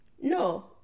no